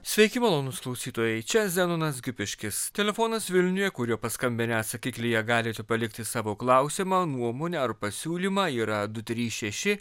sveiki malonūs klausytojai čia zenonas gipiškis telefonas vilniuje kuriuo paskambinę atsakiklyje galite palikti savo klausimą nuomonę ar pasiūlymą yra du trys šeši